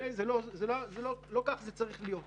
לא כך זה צריך להיות.